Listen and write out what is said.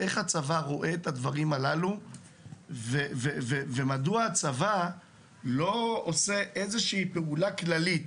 איך הצבא רואה את הדברים הללו ומדוע הצבא לא עושה איזושהי פעולה כללית